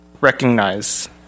recognize